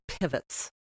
pivots